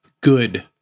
good